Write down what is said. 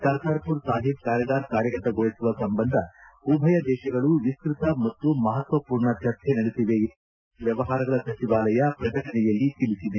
ಕರ್ತಾರ್ಮರ್ Sahib corridor ಕಾರ್ಯಗೊತಗೊಳಿಸುವ ಸಂಬಂಧ ಉಭಯ ದೇತಗಳು ವಿಸ್ತತ ಮತ್ತು ಮಪತ್ತಪೂರ್ಣ ಚರ್ಚೆ ನಡೆಸಿವೆ ಎಂದು ವಿದೇಶಾಂಗ ವ್ಯವಹಾರಗಳ ಸಚಿವಾಲಯ ಪ್ರಕಟಣೆಯಲ್ಲಿ ತಿಳಿಸಿದೆ